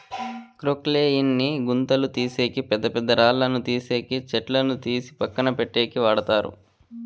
క్రొక్లేయిన్ ని గుంతలు తీసేకి, పెద్ద పెద్ద రాళ్ళను తీసేకి, చెట్లను తీసి పక్కన పెట్టేకి వాడతారు